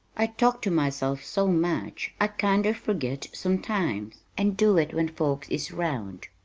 i talk to myself so much i kinder furgit sometimes, and do it when folks is round.